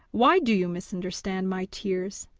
why do you misunderstand my tears?